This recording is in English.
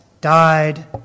died